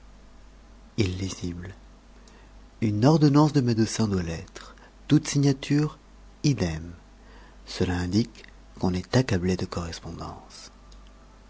illisible une ordonnance de médecin doit l'être toute signature idem cela indique qu'on est accablé de correspondance